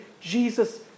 Jesus